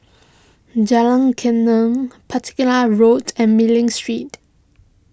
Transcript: Jalan Geneng Road and Mei Ling Street